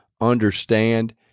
understand